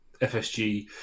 FSG